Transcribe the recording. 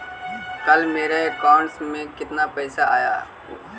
कल मेरा अकाउंटस में कितना पैसा आया ऊ?